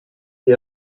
die